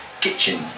kitchen